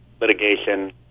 litigation